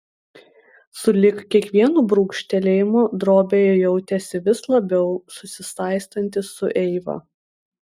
sulig kiekvienu brūkštelėjimu drobėje jautėsi vis labiau susisaistantis su eiva